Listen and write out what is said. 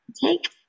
take